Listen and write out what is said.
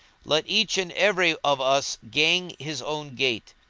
let each and every of us gang his own gait.